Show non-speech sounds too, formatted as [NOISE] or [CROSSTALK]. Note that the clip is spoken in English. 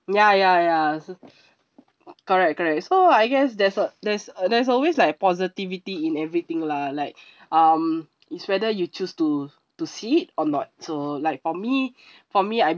ya ya ya so correct correct so I guess there's a there's there's always like positivity in everything lah like [BREATH] um it's whether you choose to to see it or not so like for me [BREATH] for me I